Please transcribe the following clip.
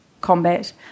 Combat